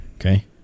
Okay